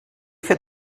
fer